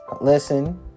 Listen